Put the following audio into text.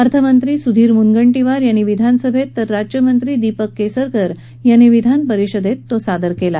अर्थमंत्री सुधीर मुनगंटीवार यांनी विधानसभेत तर राज्यमंत्री दीपक केसरकर यांनी विधानपरिषदेत तो सादर केला